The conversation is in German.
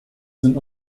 sind